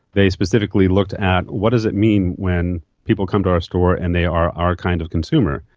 they specifically looked at what does it mean when people come to our store and they are our kind of consumer.